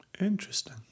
Interesting